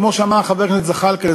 כמו שאמר חבר הכנסת זחאלקה,